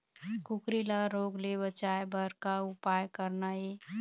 कुकरी ला रोग ले बचाए बर का उपाय करना ये?